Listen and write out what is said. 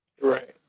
Right